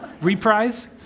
Reprise